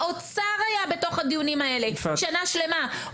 האוצר היה בתך הדיונים האלה שנה שלמה.